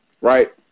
right